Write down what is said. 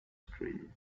screen